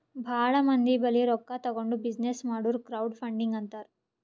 ಭಾಳ ಮಂದಿ ಬಲ್ಲಿ ರೊಕ್ಕಾ ತಗೊಂಡ್ ಬಿಸಿನ್ನೆಸ್ ಮಾಡುರ್ ಕ್ರೌಡ್ ಫಂಡಿಂಗ್ ಅಂತಾರ್